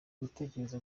gutekereza